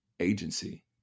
agency